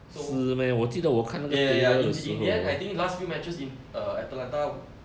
so ya ya ya in in the end I think last few matches in uh atlanta